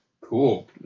Cool